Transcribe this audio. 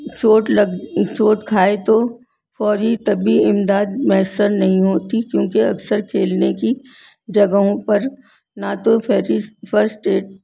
چوٹ لگ چوٹ کھائے تو فوری طبی امداد میسر نہیں ہوتی کیونکہ اکثر کھیلنے کی جگہوں پر نہ تو فیریس فسٹ ایڈ